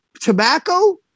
tobacco